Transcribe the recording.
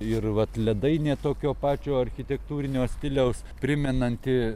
ir vat ledainė tokio pačio architektūrinio stiliaus primenanti